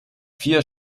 vier